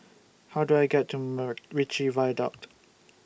How Do I get to Macritchie Viaduct